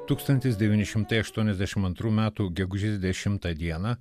tūkstantis devyni šimtai aštuoniasdešim antrų metų gegužės dešimtą dieną